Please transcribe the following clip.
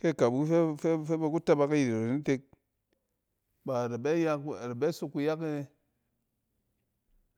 Kɛ akabu fɛ-fɛ ba ku tabak ayit iren itek baa da be ya, ada be sok kuyak e,